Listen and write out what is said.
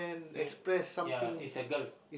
the ya is a girl